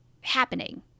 happening